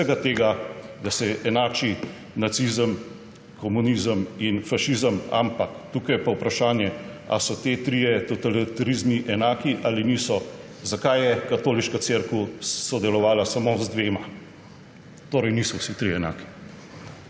vsega tega, da se enači nacizem, komunizem in fašizem, ampak tukaj je pa vprašanje, ali so ti trije totalitarizmi enaki ali niso. Zakaj je Katoliška cerkev sodelovala samo z dvema? Torej niso vsi trije enaki.